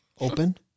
Open